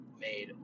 made